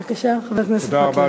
בבקשה, חבר הכנסת מקלב.